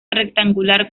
rectangular